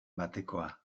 batekoa